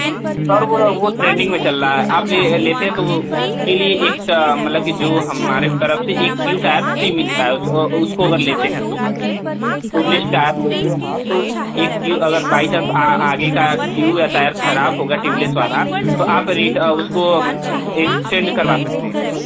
sir वो वो training में चल रहा है आप ले लेते तो उसके लिये एक मतलब कि जो हमारे तरफ से एक ट्यू ट्याब फ्री मिलता है उस उसको अगर लेते है तो टूबलिस्ट टायर लेते हैं तो एक टी अगर बाइ चांस आ आगे का ट्यूब या टायर खराब हो गया ट्यूबलिस्ट वाला तो आप रीट उसको द एक्सचेंज करवा सकते हैं